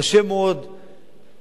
לעשות תיקונים כאלה ואחרים,